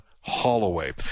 Holloway